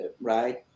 Right